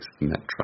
metro